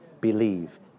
believe